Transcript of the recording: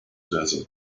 desert